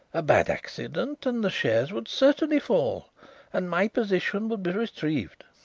a bad accident and the shares would certainly fall and my position would be retrieved.